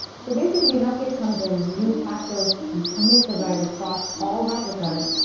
so basically, an update comes in. we use paxos to commit the write across all replicas.